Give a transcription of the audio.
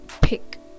pick